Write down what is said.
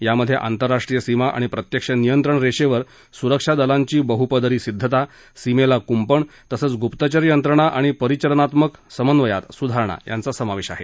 यामध्ये आंतरराष्ट्रीय सीमा आणि प्रत्यक्ष नियंत्रण रेषेवर सुरक्षा दलांची बहुपदरी सिद्धता सीमेला कुंपण तसच गुप्तचर यंत्रणा आणि परिचलनात्मक समन्वयात सुधारणा यांचा समावेश आहे